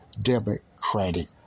democratic